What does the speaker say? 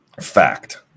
Fact